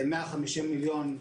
150 מיליון,